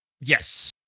Yes